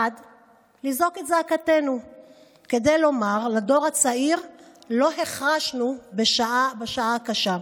1. לזעוק את זעקתנו כדי לומר לדור הצעיר שלא החרשנו בשעה הקשה,